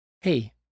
hey